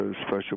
special